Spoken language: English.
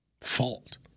fault –